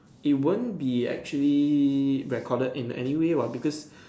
it won't be actually recorded in anyway what because